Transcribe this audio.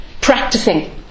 Practicing